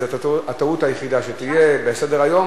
זו הטעות היחידה שתהיה בסדר-היום,